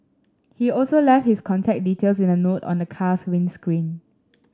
he also left his contact details in a note on the car's windscreen